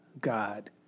God